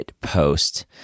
post